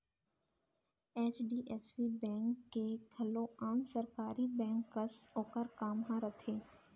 HDFC bank के घलौ आन सरकारी बेंक कस ओकर काम ह रथे